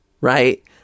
right